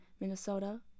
Minnesota